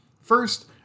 First